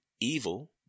evil